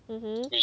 mmhmm